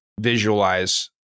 visualize